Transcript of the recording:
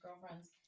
girlfriends